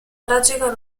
tragica